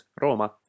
Roma